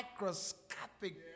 microscopic